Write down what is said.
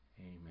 Amen